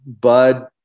Bud